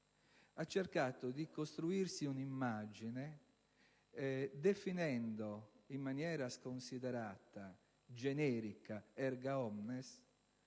ha cercato di costruirsi un'immagine definendo in maniera sconsiderata, generica, *erga omnes*,